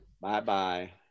Bye-bye